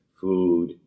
food